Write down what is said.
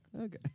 Okay